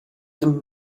them